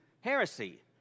heresy